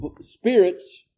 spirits